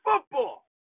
football